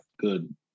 good